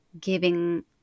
giving